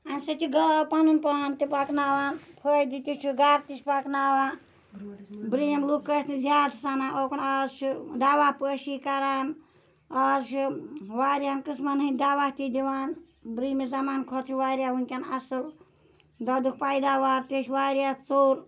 امہ سۭتۍ چھِ گاو پَنُن پان تہِ پَکناوان پھٲیدٕ تہِ چھُ گَرٕ تہِ چھ پَکناوا پرٲنٛۍ لُکھ ٲسۍ نہٕ زیادٕ سَنان اوکُن آز چھُ دَوا پٲشی کَران آز چھِ واریَہَن قٕسمَن ہٕنٛدۍ دَوا تہِ دِوان بروہمہِ زَمان کھۄتہٕ چھُ واریاہ وٕنکٮ۪ن اصل دۄدُک پٲداوار تہِ چھُ واریاہ ژوٚر